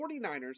49ers